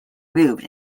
move